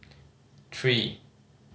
three